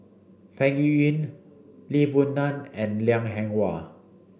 Peng Yuyun Lee Boon Ngan and Liang Eng Hwa